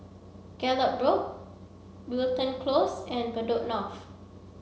Gallop Road Wilton Close and Bedok North